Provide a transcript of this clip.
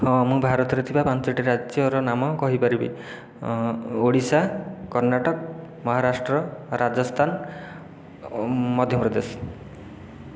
ହଁ ମୁଁ ଭାରତରେ ଥିବା ପାଞ୍ଚୋଟି ରାଜ୍ୟର ନାମ କହିପାରିବି ଓଡ଼ିଶା କର୍ଣ୍ଣାଟକ ମହାରାଷ୍ଟ୍ର ରାଜସ୍ଥାନ ମଧ୍ୟପ୍ରଦେଶ